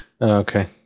okay